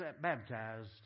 baptized